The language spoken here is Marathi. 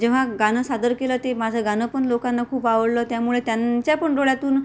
जेव्हा गाणं सादर केलं ते माझं गाणं पण लोकांना खूप आवडलं त्यामुळे त्यांच्या पण डोळ्यातून